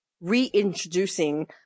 reintroducing